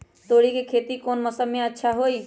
तोड़ी के खेती कौन मौसम में अच्छा होई?